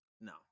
No